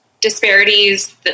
disparities